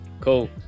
Cool